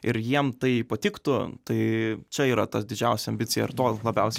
ir jiem tai patiktų tai čia yra tas didžiausia ambicija ir tos labiausiai